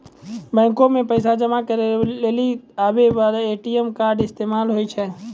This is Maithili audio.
बैको मे पैसा जमा करै लेली आबे ए.टी.एम कार्ड इस्तेमाल होय छै